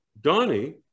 Donnie